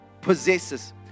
possesses